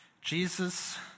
Jesus